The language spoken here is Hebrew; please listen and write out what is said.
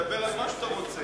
דבר על מה שאתה רוצה.